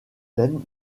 thèmes